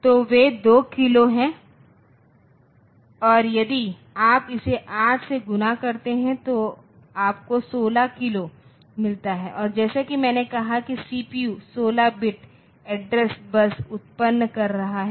तो वे 2 किलो हैं और यदि आप इसे 8 से गुणा करते हैं तो आपको 16 किलो मिलता है और जैसा कि मैंने कहा कि सीपीयू 16 बिट एड्रेस बस उत्तपन कर रहा है